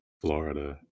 Florida